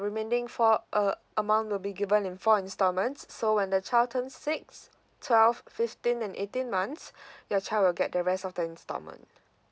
remaining four uh amount will be given in four installments so when the child turns six twelve fifteen and eighteen months your child will get the rest of the installment